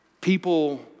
People